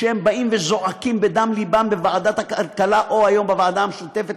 שבאים וזועקים בדם לבם בוועדת הכלכלה או אתמול בוועדה המשותפת